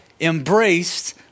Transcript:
embraced